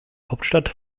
hauptstadt